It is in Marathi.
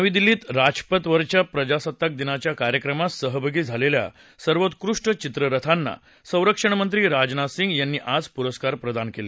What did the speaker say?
नवी दिल्लीत राजपथावरच्या प्रजासत्ताक दिनाच्या कार्यक्रमात सहभागी झालेल्या सर्वोत्कृष्ट चित्ररथांना संरक्षण मंत्री राजनाथ सिंह यांनी आज पुरस्कार प्रदान केले